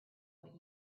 what